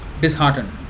disheartened